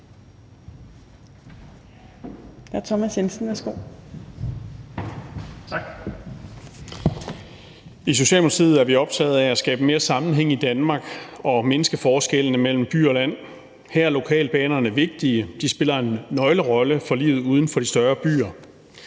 I Socialdemokratiet er vi optaget af at skabe mere sammenhæng i Danmark og mindske forskellene mellem by og land. Her er lokalbanerne vigtige, for de spiller en nøglerolle for livet uden for de større byer.